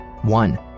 One